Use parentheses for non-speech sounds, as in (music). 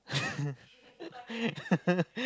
(laughs)